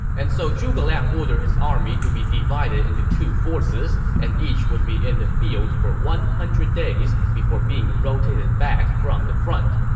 and so zhuge liang ordered his army to be divided into two forces, and each would be in the field for one hundred days before being rotated back from the front.